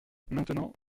maintenant